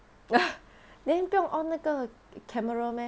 then 不用 on 那个 camera meh